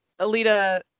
Alita